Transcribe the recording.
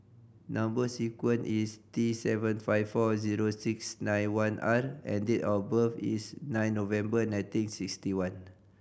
number sequence is T seven five four zero six nine one R and date of birth is nine November nineteen sixty one